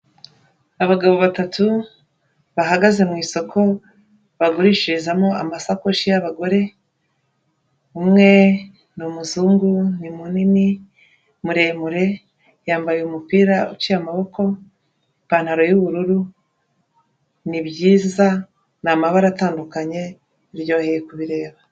Abagabo batatu bahagaze mu isoko bagurishirizamo amasakoshi y'abagore, umwe ni umuzungu ni munini muremure, yambaye umupira uciye amaboko, ipantaro y'ubururu, ni byiza, ni amabara atandukanye, biryoheye kubireba.